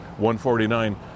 149